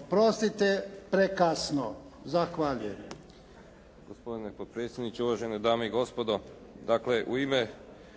Oprostite, prekasno, zahvaljujem./